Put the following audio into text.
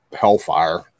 hellfire